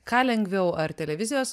ką lengviau ar televizijos